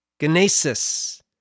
Genesis